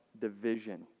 division